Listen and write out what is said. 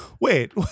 Wait